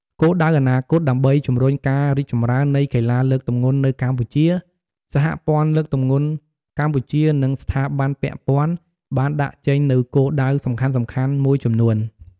គោលដៅអនាគត ដើម្បីជំរុញការរីកចម្រើននៃកីឡាលើកទម្ងន់នៅកម្ពុជា សហព័ន្ធលើកទម្ងន់កម្ពុជា និងស្ថាប័នពាក់ព័ន្ធបានដាក់ចេញនូវគោលដៅសំខាន់ៗមួយចំនួន។